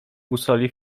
busoli